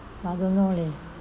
I don't know leh